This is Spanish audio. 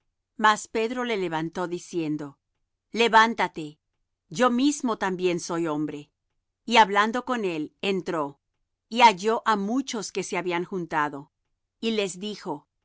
mas pedro le levantó diciendo levántate yo mismo también soy hombre y hablando con él entró y halló á muchos que se habían juntado y les dijo